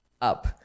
up